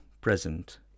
present